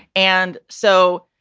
and so,